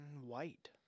white